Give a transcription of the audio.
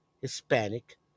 Hispanic